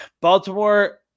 Baltimore